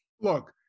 look